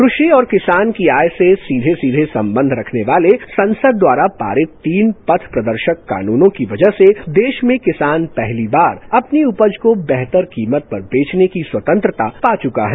कृषि और किसान की आय से सीधे सीधे संबंध रखने वाले संसद द्वारा पारित तीन पथ प्रदर्शक कानूनों की वजह से देश में किसान पहली बार अपनी उपज को बेहतर कीमत पर बेचने की स्वतंत्रता पा चुका है